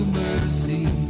mercy